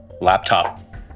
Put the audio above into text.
laptop